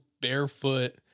barefoot